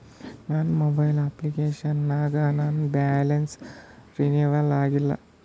ನನ್ನ mobile application ನಾಗ ನನ್ ಬ್ಯಾಲೆನ್ಸ್ ರೀನೇವಲ್ ಆಗಿಲ್ಲ